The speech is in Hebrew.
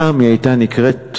פעם היא הייתה נקראת,